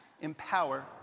empower